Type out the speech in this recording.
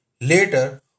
Later